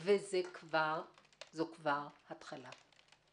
וזו כבר התחלה.